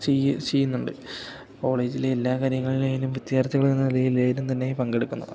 ചെയ്യുന്നുണ്ട് കോളേജിലെ എല്ലാ കാര്യങ്ങളിലായാലും വിദ്യാർത്ഥികളെന്ന നിലയിൽ വേഗം തന്നെ പങ്കെടുക്കുന്നതാണ്